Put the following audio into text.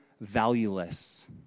valueless